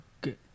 good